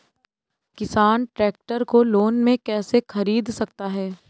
किसान ट्रैक्टर को लोन में कैसे ख़रीद सकता है?